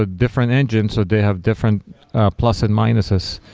ah different engines, so they have different plus and minuses.